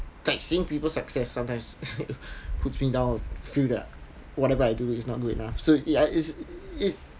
like seeing people success sometimes pulls me down feel that whatever I do it's not good enough so ya it's